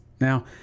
Now